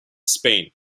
spain